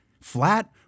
Flat